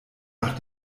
nach